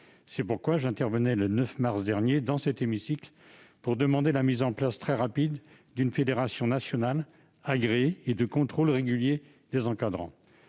C'est pourquoi je suis intervenu le 9 mars dernier, dans cet hémicycle, pour demander la mise en place très rapide d'une fédération nationale agréée et de contrôles réguliers des encadrants.